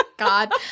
God